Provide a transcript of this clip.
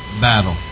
battle